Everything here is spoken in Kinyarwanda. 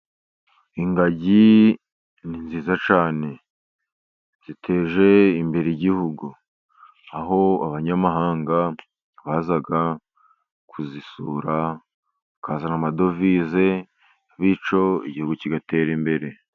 Ingagi ni nziza cyane ziteje imbere igihugu, aho abanyamahanga baza kuzisura bakazana amadovize bityo igihugu kigatera imbere.